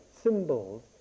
symbols